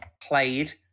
played